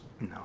No